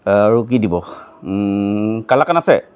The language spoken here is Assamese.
আৰু কি দিব কালাকাণ আছে